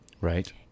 Right